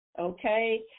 okay